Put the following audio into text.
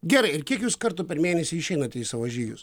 gerai ir kiek jūs kartų per mėnesį išeinate į savo žygius